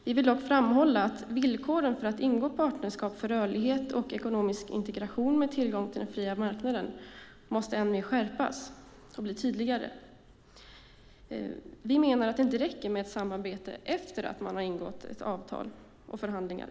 Vi vill dock framhålla att villkoren för att ingå partnerskap för rörlighet och ekonomisk integration med tillgång till den fria marknaden måste skärpas ännu mer och bli tydligare. Vi menar att det inte räcker med ett samarbete efter att man ingått ett avtal, haft förhandlingar.